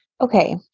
Okay